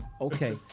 okay